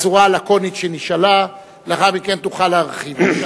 בצורה הלקונית שהיא נשאלה ולאחר מכן תוכל להרחיב.